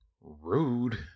Rude